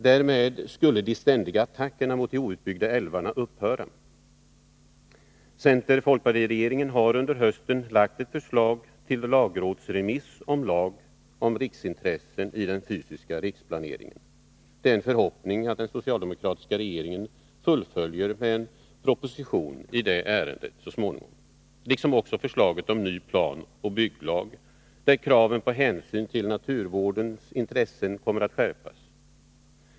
Därmed skulle de ständiga attackerna mot de outbyggda älvarna upphöra. Center-folkparti-regeringen har under hösten för lagrådsremiss lagt fram ett förslag till lag om riksintressen i den fysiska riksplaneringen. Det är en förhoppning att den socialdemokratiska regeringen fullföljer detta med en proposition i ärendet så småningom, liksom också när det gäller förslaget om ny planoch bygglag, där kraven på hänsyn till naturvårdens intressen kommer att skärpas.